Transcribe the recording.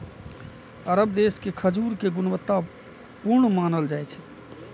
अरब देश के खजूर कें गुणवत्ता पूर्ण मानल जाइ छै